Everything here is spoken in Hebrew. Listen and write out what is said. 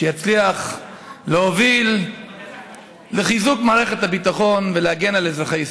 שיצליח להוביל לחיזוק מערכת הביטחון ולהגן על אזרחי ישראל.